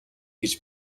гэж